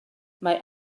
mae